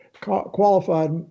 qualified